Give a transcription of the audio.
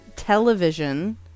television